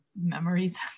memories